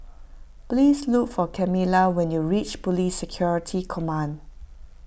please look for Kamila when you reach Police Security Command